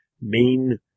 main